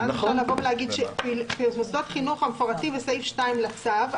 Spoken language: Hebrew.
ואז אפשר לבוא ולהגיד: מוסדות חינוך המפורטים בסעיף 2 לצו,